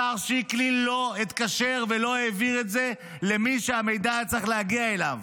השר שיקלי לא התקשר ולא העביר את זה למי שהמידע היה צריך להגיע אליו.